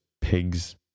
pigs